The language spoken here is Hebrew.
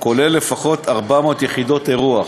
הכולל לפחות 400 יחידות אירוח,